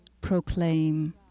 proclaim